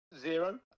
Zero